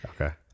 Okay